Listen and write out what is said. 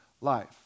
life